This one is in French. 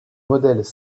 modèles